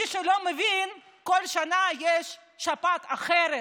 מי שלא מבין, בכל שנה יש שפעת אחרת,